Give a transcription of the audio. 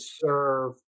serve